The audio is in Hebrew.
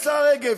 השרה רגב,